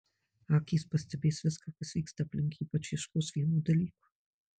akys pastebės viską kas vyksta aplink ypač ieškos vieno dalyko